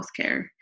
healthcare